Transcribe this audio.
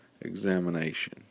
examination